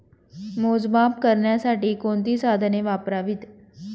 मोजमाप करण्यासाठी कोणती साधने वापरावीत?